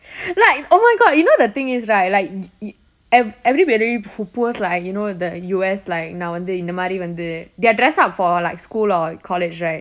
like oh my god you know the thing is right like y~ y~ e~ everybody who pulls like the you know U_S like நான் வந்து இந்த மாதிரி வந்து:naan vanthu intha maathiri vanthu they are dressed up for like school or college right